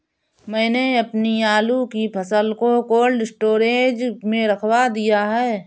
मैंने अपनी आलू की फसल को कोल्ड स्टोरेज में रखवा दिया